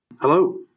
Hello